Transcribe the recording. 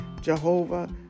Jehovah